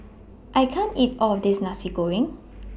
I can't eat All of This Nasi Goreng